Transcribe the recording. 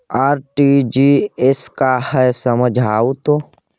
RTGS का है समझाहू तो?